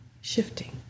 shifting